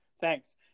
Thanks